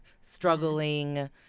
struggling